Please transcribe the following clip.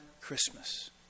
Christmas